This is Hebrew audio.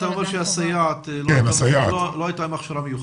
אמרת שלסייעת לא הייתה הכשרה מיוחדת.